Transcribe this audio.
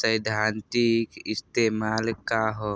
सैद्धांतिक इस्तेमाल का ह?